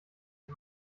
die